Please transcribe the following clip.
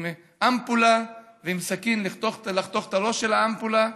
עם אמפולה ועם סכין, לחתוך את הראש של האמפולה,